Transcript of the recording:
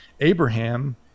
Abraham